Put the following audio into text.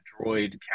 droid